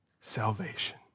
salvation